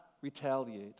retaliate